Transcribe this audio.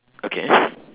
okay